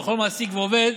וכל מעסיק ועובד